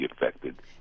affected